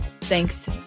thanks